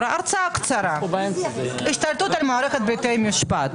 והוא יצטרך להתברר במסגרת הדיונים